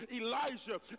Elijah